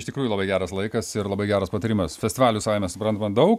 iš tikrųjų labai geras laikas ir labai geras patarimas festivalių savaime suprantama daug